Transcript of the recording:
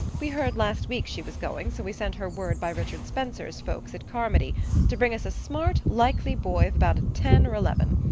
we heard last week she was going, so we sent her word by richard spencer's folks at carmody to bring us a smart, likely boy of about ten or eleven.